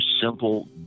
simple